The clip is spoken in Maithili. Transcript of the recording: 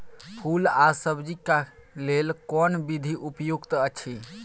फूल आ सब्जीक लेल कोन विधी उपयुक्त अछि?